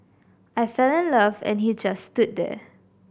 I fell in love and he just stood there